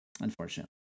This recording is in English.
Unfortunately